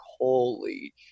holy